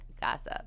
Gossip